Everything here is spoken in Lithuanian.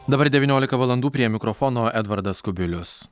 dabar devyniolika valandų prie mikrofono edvardas kubilius